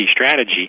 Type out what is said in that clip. strategy